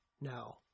No